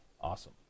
awesome